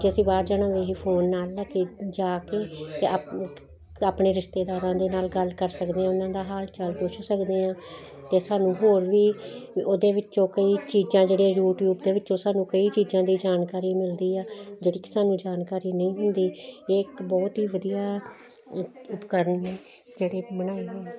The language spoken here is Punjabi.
ਜੇ ਅਸੀਂ ਬਾਹਰ ਜਾਣਾ ਹੋਵੇ ਫੋਨ ਨਾਲ ਕੇ ਜਾ ਕੇ ਅਤੇ ਆਪਣੇ ਰਿਸ਼ਤੇਦਾਰਾਂ ਦੇ ਨਾਲ ਗੱਲ ਕਰ ਸਕਦੇ ਹਾਂ ਉਹਨਾਂ ਦਾ ਹਾਲ ਚਾਲ ਪੁੱਛ ਸਕਦੇ ਹਾਂ ਅਤੇ ਸਾਨੂੰ ਹੋਰ ਵੀ ਉਹਦੇ ਵਿੱਚੋਂ ਕਈ ਚੀਜ਼ਾਂ ਜਿਹੜੀਆਂ ਯੂਟੀਊਬ ਦੇ ਵਿੱਚੋਂ ਸਾਨੂੰ ਕਈ ਚੀਜ਼ਾਂ ਦੀ ਜਾਣਕਾਰੀ ਮਿਲਦੀ ਆ ਜਿਹੜੀ ਕਿ ਸਾਨੂੰ ਜਾਣਕਾਰੀ ਨਹੀਂ ਹੁੰਦੀ ਇਹ ਇੱਕ ਬਹੁਤ ਹੀ ਵਧੀਆ ਉਪ ਉਪਕਰਨ ਨੇ ਜਿਹੜੇ ਬਣਾਏ ਹੋਏ